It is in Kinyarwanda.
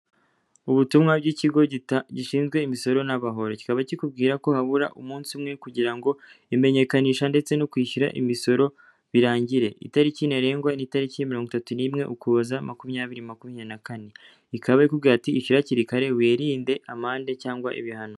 Ubutumwa bw'ikigo gishinzwe imisoro n'amahoro, kikaba kikubwira ko habura umunsi umwe kugira ngo imenyekanishe ndetse no kwishyura imisoro birangire, itariki ntarengwa ni itariki mirongo itatu n'imwe ukuboza makumyabiri na makumyari na kane, bakaba barimo barakubwira ati ishyure hakiri kare wirinde amande cyangwa ibihano.